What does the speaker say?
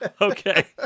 Okay